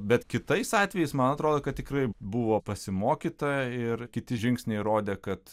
bet kitais atvejais man atrodo kad tikrai buvo pasimokyta ir kiti žingsniai rodė kad